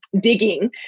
digging